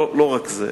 לא רק זה,